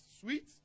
sweet